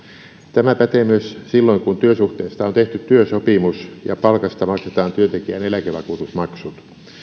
tämä pätee myös silloin kun työsuhteesta on tehty työsopimus ja palkasta maksetaan työntekijän eläkevakuutusmaksut